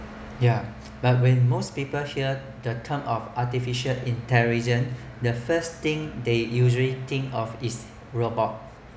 ya but when most people here that think of artificial intelligence the first thing they usually think of is robot